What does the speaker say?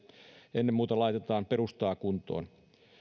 ennen muuta laitetaan perustaa kuntoon